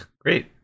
Great